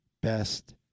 best